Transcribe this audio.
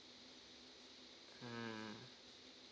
mm